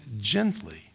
gently